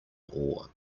ore